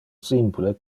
simple